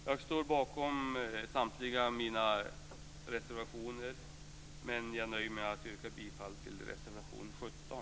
Jag står bakom samtliga mina reservationer, men jag nöjer mig med att yrka bifall till reservation 17.